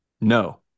No